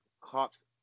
cops